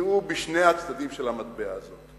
נמצאו בשני הצדדים של המטבע הזה.